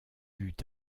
eut